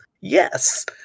Yes